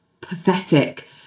pathetic